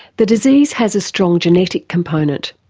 the disease has a strong genetic component,